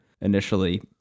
initially